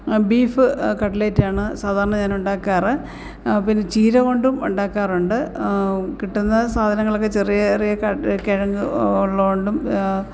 beef കട്ട്ലേറ്റാണ് സാധാരണ ഞാനുണ്ടാക്കാറ് പിന്നെ ചീര കൊണ്ടും ഉണ്ടാക്കാറുണ്ട് കിട്ടുന്ന സാധനങ്ങളൊക്കെ ചെറിയ ചെറിയ കിഴങ്ങ് ഉള്ളതുകൊണ്ടും